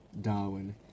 Darwin